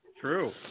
True